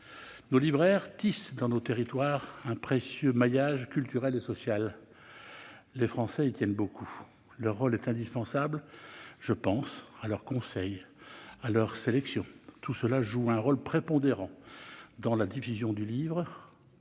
Nos libraires tissent dans nos territoires un précieux maillage culturel et social. Les Français y tiennent beaucoup. Leur rôle est indispensable : je pense à leurs conseils, à leurs sélections. Tout cela joue un rôle prépondérant aussi bien en termes